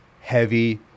heavy